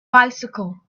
bicycle